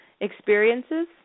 experiences